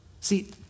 See